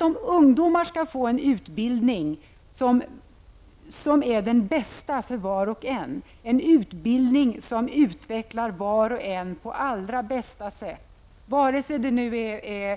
Om ungdomar skall få en utbildning som är den bästa för var och en, en utbildning som utvecklar var och en på allra bästa sätt, vare sig det